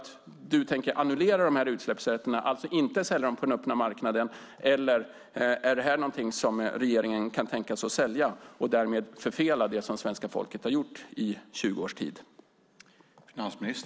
Tänker du annullera de här utsläppsrätterna - alltså inte sälja dem på den öppna marknaden - eller är utsläppsrätterna någonting som regeringen kan tänka sig att sälja, vilket skulle förfela det som svenska folket under 20 års tid har gjort?